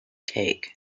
take